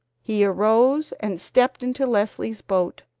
he arose and stepped into leslie's boat,